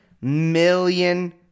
million